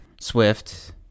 Swift